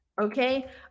okay